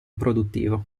produttivo